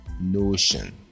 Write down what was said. notion